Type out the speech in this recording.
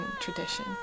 tradition